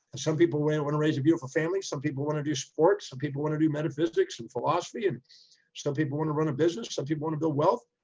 some people wouldn't want to raise a beautiful family. some people want to do sports. some people want to do metaphysics and philosophy, and some people want to run a business. some people want to build wealth,